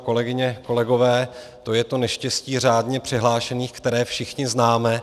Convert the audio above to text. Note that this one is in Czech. Kolegyně, kolegové, to je to neštěstí řádně přihlášených, které všichni známe.